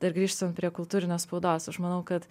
dar grįžtant prie kultūrinės spaudos aš manau kad